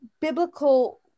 biblical